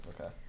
Okay